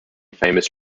famous